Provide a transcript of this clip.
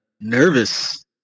nervous